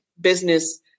business